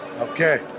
Okay